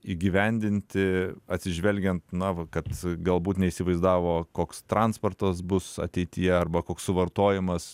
įgyvendinti atsižvelgiant na va kad galbūt neįsivaizdavo koks transportas bus ateityje arba koks suvartojamas